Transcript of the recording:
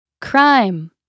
Crime